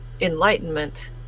enlightenment